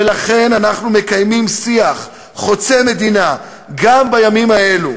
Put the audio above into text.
ולכן אנחנו מקיימים שיח חוצה מדינה גם בימים אלו,